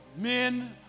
men